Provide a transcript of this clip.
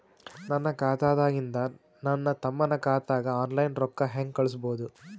ನನ್ನ ಖಾತಾದಾಗಿಂದ ನನ್ನ ತಮ್ಮನ ಖಾತಾಗ ಆನ್ಲೈನ್ ರೊಕ್ಕ ಹೇಂಗ ಕಳಸೋದು?